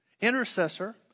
intercessor